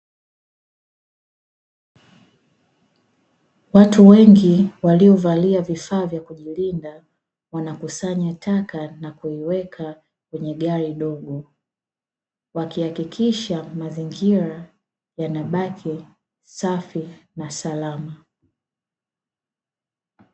Watu wengi waliovalia vifaa vya kujilinda wakikusanya taka na kuziweka kwenye gari dogo. Wanahakikisha mazingira yanabaki safi na salama.